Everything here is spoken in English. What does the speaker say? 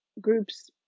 groups